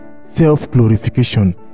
Self-glorification